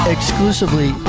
Exclusively